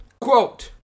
Quote